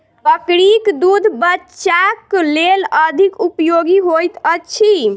बकरीक दूध बच्चाक लेल अधिक उपयोगी होइत अछि